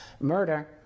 murder